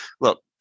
look